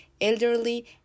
elderly